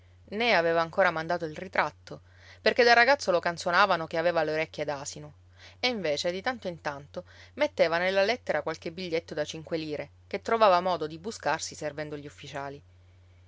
né aveva ancora mandato il ritratto perché da ragazzo lo canzonavano che aveva le orecchie d'asino e invece di tanto in tanto metteva nella lettera qualche biglietto da cinque lire che trovava modo di buscarsi servendo gli ufficiali